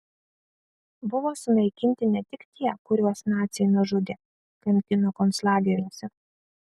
buvo sunaikinti ne tik tie kuriuos naciai nužudė kankino konclageriuose